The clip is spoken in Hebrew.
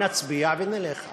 נצביע ונלך,